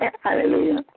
Hallelujah